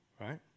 right